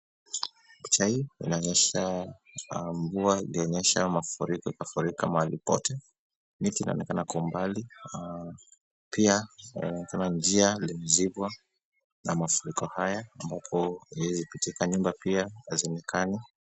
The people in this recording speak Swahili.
Picha hii inaonyesha mvua iliyonyesha mafuriko ikafurika mahali pote. Miti inaonekana kwa umbali pia kuna njia iliyozibwa na mafuriko haya ambapo haiwezi pitika nyumba pia hazionekani.